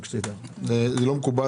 לא מקובל